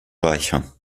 reicher